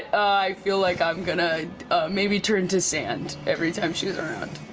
i feel like i'm going to maybe turn to sand every time she's around.